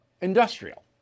industrial